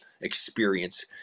experience